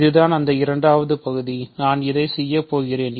இதுதான் அந்த இரண்டாவது பகுதி இப்போது நான் இதை செய்யப்போகிறேன்